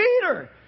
Peter